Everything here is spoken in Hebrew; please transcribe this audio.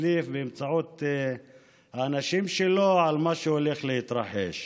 הדליף באמצעות האנשים שלו על מה שהולך להתרחש.